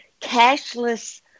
cashless